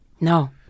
No